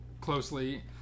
closely